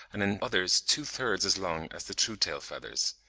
and in others two-thirds as long as the true tail-feathers.